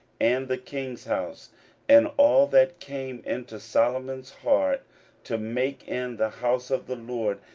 and the king's house and all that came into solomon's heart to make in the house of the lord,